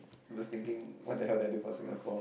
was thinking what the hell did I do for Singapore